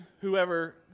whoever